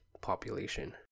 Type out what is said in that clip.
population